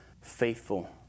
faithful